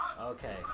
Okay